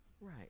Right